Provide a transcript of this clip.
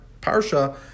parsha